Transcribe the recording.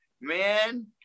Man